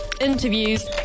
interviews